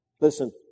Listen